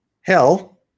Hell